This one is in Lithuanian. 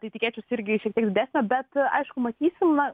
tai tikėčiaus irgi šiek tiek didesne bet aišku matysim na